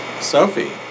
Sophie